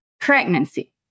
Pregnancy